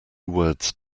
words